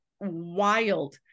wild